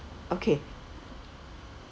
okay